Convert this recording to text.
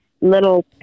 little